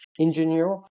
engineer